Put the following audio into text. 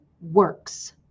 works